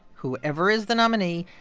whoever is the nominee,